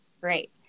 Great